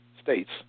states